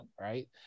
right